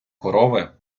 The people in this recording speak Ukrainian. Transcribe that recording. корови